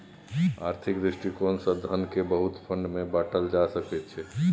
आर्थिक दृष्टिकोण से धन केँ बहुते फंड मे बाटल जा सकइ छै